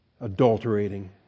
Adulterating